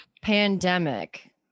pandemic